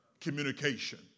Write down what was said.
Communication